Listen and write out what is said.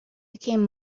became